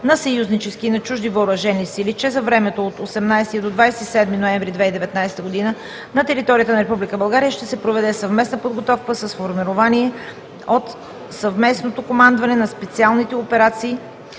на съюзнически и на чужди въоръжени сили, че за времето от 18 до 27 ноември 2019 г. на територията на Република България ще се проведе съвместна подготовка с формирование от Съвместното командване на специалните операции